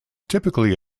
typically